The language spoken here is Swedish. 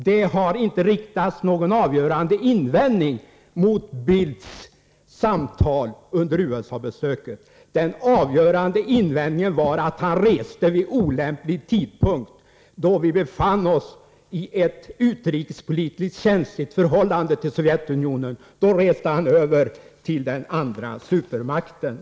Det har inte riktats någon avgörande invändning mot Bildts samtal under USA-besöket. Den avgörande invändningen var att han reste vid olämplig tidpunkt. Då vi befann oss i ett utrikespolitiskt känsligt förhållande till Sovjetunionen reste han över till den andra supermakten.